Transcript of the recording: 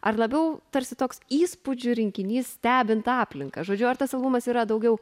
ar labiau tarsi toks įspūdžių rinkinys stebint aplinką žodžiu ar tas albumas yra daugiau